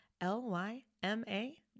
L-Y-M-A